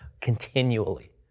continually